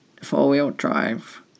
four-wheel-drive